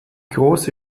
große